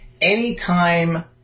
Anytime